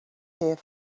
here